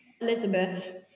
Elizabeth